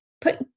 put